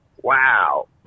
wow